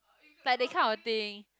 like that kind of thing